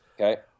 Okay